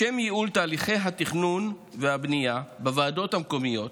לשם ייעול תהליכי התכנון והבנייה בוועדות המקומיות